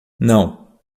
não